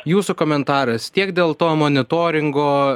jūsų komentaras tiek dėl to monitoringo